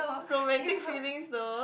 romantic feelings though